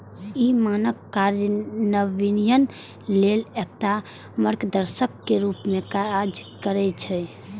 ई मानक कार्यान्वयन लेल एकटा मार्गदर्शक के रूप मे काज करै छै